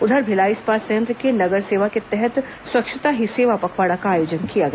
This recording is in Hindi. उधर भिलाई इस्पात संयंत्र के नगर सेवा के तहत स्वच्छता ही सेवा पखवाड़ा का आयोजन किया गया